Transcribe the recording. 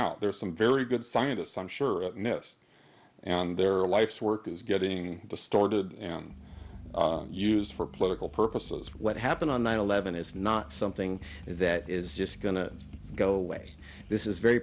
out there are some very good scientists i'm sure noticed and their life's work is getting distorted and used for political purposes what happened on nine eleven is not something that is just going to go away this is very